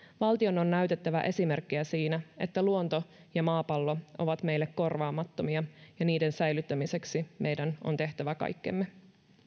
valtion on näytettävä esimerkkiä siinä että luonto ja maapallo ovat meille korvaamattomia ja että niiden säilyttämiseksi meidän on tehtävä kaikkemme